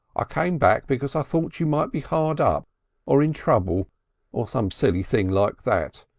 ah came back because i thought you might be hard up or in trouble or some silly thing like that.